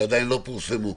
שעדיין לא פורסמו.